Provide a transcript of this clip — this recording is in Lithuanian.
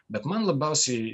bet man labiausiai